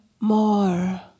more